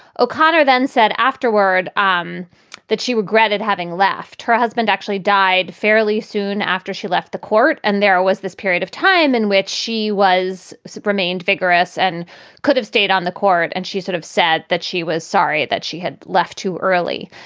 o'connor then said afterward um that she regretted having left. her husband actually died fairly soon after she left the court. and there was this period of time in which she was so remained vigorous and could have stayed on the court. and she sort of said that she was sorry that she had left too early.